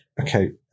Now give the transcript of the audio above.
okay